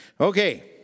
Okay